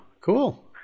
cool